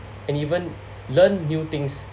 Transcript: and even learn new things